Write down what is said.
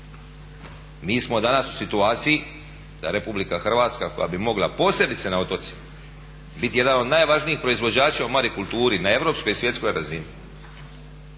Mi smo danas u situaciji da RH koja bi mogla posebice na otocima biti jedan od najvažnijih proizvođača u marikulturi na europskoj i svjetskoj razini